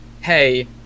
hey